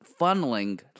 funneling